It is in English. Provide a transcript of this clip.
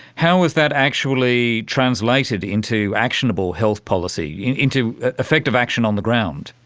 how is that actually translated into actionable health policy, into effective action on the ground?